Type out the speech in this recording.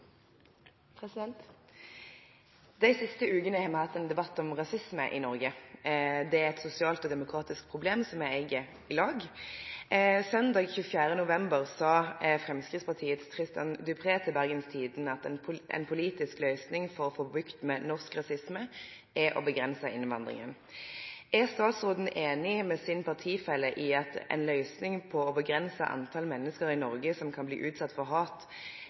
demokratisk problem vi eier sammen. Søndag 24. november sa Fremskrittspartiets Tristan Dupré at den politiske løsningen for å få bukt med norsk rasisme er å begrense innvandringen. Er statsråden enig med sin partifelle i at løsningen er å begrense antall mennesker i Norge som kan bli utsatt for hat,